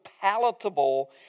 palatable